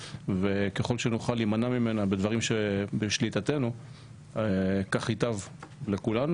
וככל שנוכל להימנע ממנה בדברים שבשליטתנו כך ייטב לכולנו,